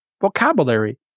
vocabulary